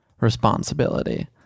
responsibility